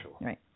Right